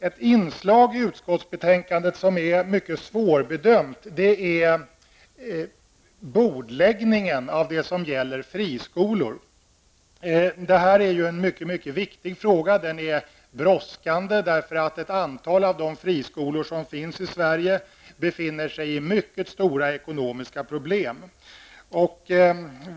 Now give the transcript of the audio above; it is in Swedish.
Ett inslag i utskottets betänkande som är mycket svårbedömt är bordläggningen av det som gäller friskolor. Det här är en mycket viktig fråga. Den är brådskande. Ett antal av de friskolor som finns i Sverige har mycket stora ekonomiska problem.